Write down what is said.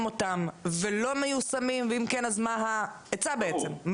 אותם ולא מיושמים ואם כן אז מה העצה בעצם?